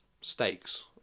stakes